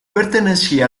pertenecía